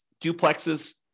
duplexes